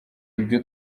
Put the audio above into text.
ibyo